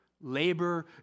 labor